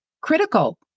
critical